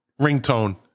ringtone